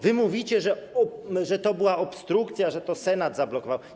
Wy mówicie, że to była obstrukcja, że to Senat zablokował.